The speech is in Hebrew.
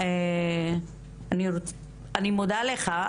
אני מודה לך,